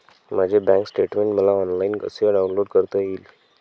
माझे bank statement मला online कसे डाउनलोड करता येईल?